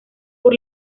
por